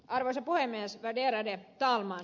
arvoisa puhemies värderade talman